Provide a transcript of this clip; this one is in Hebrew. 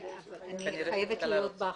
אני חייבת להיות בחוקה.